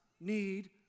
need